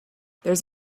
there’s